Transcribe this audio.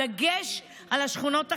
בדגש על השכונות החלשות,